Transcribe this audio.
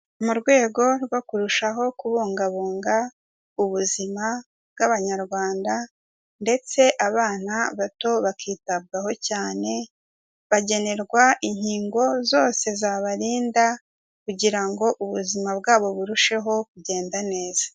Mu rwego rwo kurushaho kubungabunga ubuzima bw'Abanyarwanda, ndetse abana bato bakitabwaho cyane, bagenerwa inkingo zose zabarinda kugira ngo ubuzima bwabo burusheho kugenda neza.